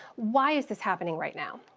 why is this happening right now?